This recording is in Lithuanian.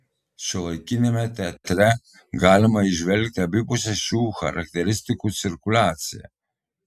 šiuolaikiniame teatre galima įžvelgti abipusę šių charakteristikų cirkuliaciją